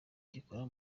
gikora